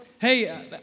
Hey